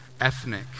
ethnic